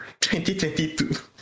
2022